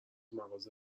مغازه